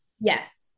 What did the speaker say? yes